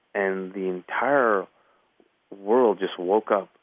and the entire world just woke up,